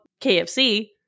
KFC